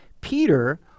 Peter